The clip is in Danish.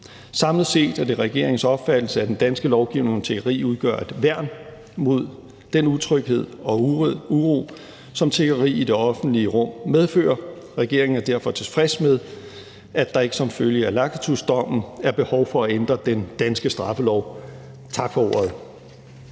Samlet set er det regeringens opfattelse, at den danske lovgivning om tiggeri udgør et værn mod den utryghed og uro, som tiggeri i det offentlige rum medfører. Regeringen er derfor tilfreds med, at der ikke som følge af Lacatusdommen er behov for at ændre den danske straffelov. Tak for ordet.